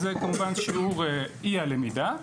זה כמובן שיעור אי הלימדה,